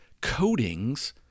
coatings